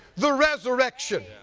the resurrection,